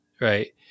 right